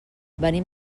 venim